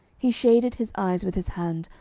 he shaded his eyes with his hand,